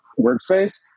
workspace